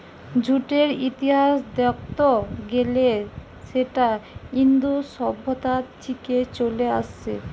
জুটের ইতিহাস দেখত গ্যালে সেটা ইন্দু সভ্যতা থিকে চলে আসছে